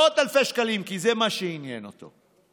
מאות אלפי שקלים, כי זה מה שעניין אותו.